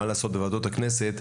בוועדות הכנסת,